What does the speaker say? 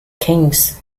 kings